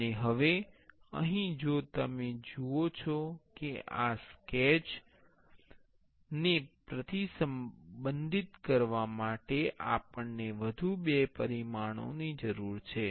અને હવે અહીં જો તમે જુઓ છો કે આ સ્કેચ ને પ્રતિબંધિત કરવા માટે આપણને વધુ બે પરિમાણોની જરૂર છે